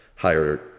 higher